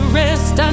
rest